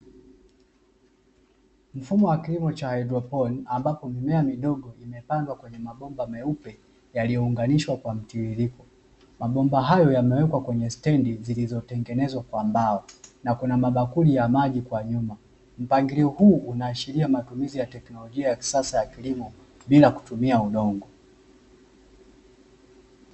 Mfumo wa kilimo cha haidroponi, ambapo mimea midogo imepandwa kwenye mabomba meupe yaliyounganishwa kwa mtiririko. Mabomba hayo yamewekwa kwenye stendi, zilizotengenezwa kwa mbao na kuna mabakuli ya maji kwa nyuma. Mpangilio huu unaashiria matumizi ya teknolojia ya kisasa ya kilimo, bila kutumia udongo.